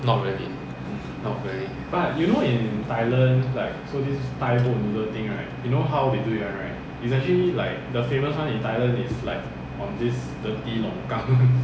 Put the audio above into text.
not really not really